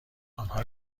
آنها